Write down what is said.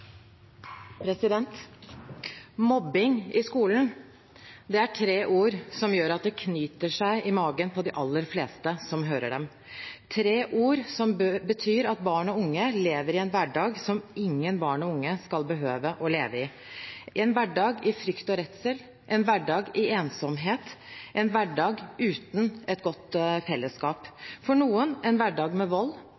tre ord som gjør at det knyter seg i magen på de aller fleste som hører dem, tre ord som betyr at barn og unge lever i en hverdag som ingen barn og unge skal behøve å leve i, en hverdag i frykt og redsel, en hverdag i ensomhet, en hverdag uten et godt fellesskap,